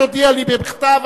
תודיע לי בכתב.